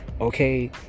okay